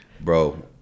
Bro